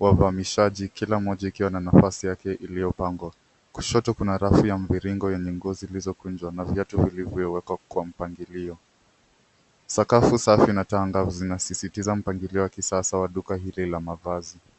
wafahamishaji kila mmoja ikiwa na nafasi yake iliyopangwa. Kushoto kuna rafu ya mviringo yenye nguo zilizokunjwa na viatu vilivyowekwa kwa mpangilio. Sakafu safi na taa angavu zinasisitiza mpangilio wa kisasa wa duka hili la mavazi.